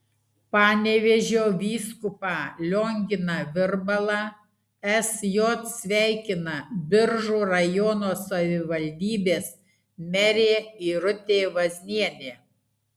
panevėžio vyskupą lionginą virbalą sj sveikina biržų rajono savivaldybės merė irutė vaznienė